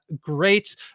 great